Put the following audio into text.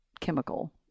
chemical